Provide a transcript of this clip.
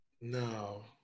No